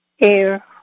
air